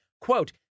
Quote